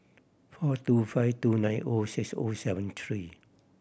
four two five two nine O six O seven three